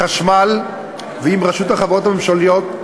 חשמל ועם רשות החברות הממשלתיות,